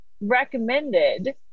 recommended